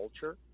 culture